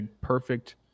perfect